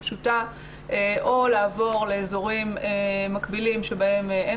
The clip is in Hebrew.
מאוד פשוטה או לעבור לאזורים מקבילים שבהם אין